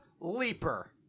leaper